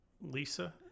Lisa